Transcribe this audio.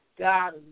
God